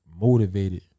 motivated